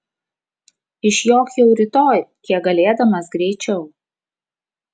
išjok jau rytoj kiek galėdamas greičiau